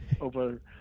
over